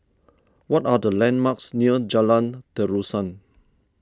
what are the landmarks near Jalan Terusan